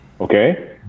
Okay